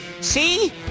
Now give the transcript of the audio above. see